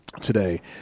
today